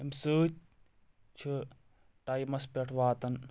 امہِ سۭتۍ چھِ ٹایمس پٮ۪ٹھ واتن